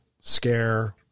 scare